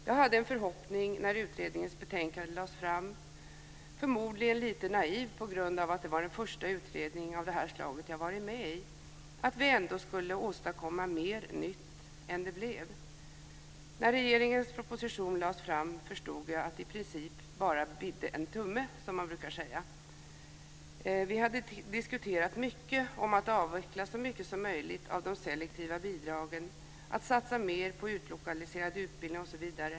Jag hade en förhoppning när utredningens betänkande lades fram - förmodligen lite naivt, på grund av att det var den första utredning av det här slaget jag varit med i - att vi ändå skulle åstadkomma mer nytt än det blev. När regeringens proposition lades fram förstod jag att det i princip bara "bidde en tumme", som man brukar säga. Vi hade diskuterat mycket om att avveckla så mycket som möjligt av de selektiva bidragen, att satsa mer på utlokaliserad utbildning osv.